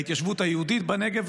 בהתיישבות היהודית בנגב,